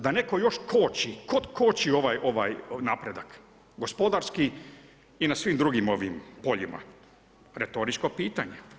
Da netko još koči, tko koči ovaj napredak gospodarski i na svim drugim ovim poljima Retoričko pitanje.